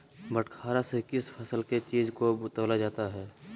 बटखरा से किस फसल के बीज को तौला जाता है?